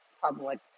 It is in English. public